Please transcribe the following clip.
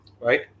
right